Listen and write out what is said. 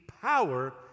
power